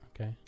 okay